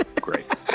Great